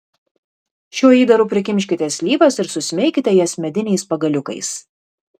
šiuo įdaru prikimškite slyvas ir susmeikite jas mediniais pagaliukais